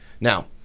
Now